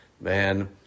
man